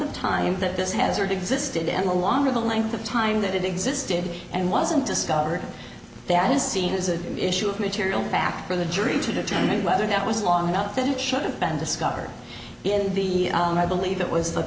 of time that this hazard existed in the longer the length of time that it existed and wasn't discovered that is seen as an issue of material fact for the jury to determine whether that was long enough that it should have been discovered in the i believe that was